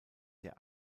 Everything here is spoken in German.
der